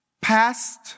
Past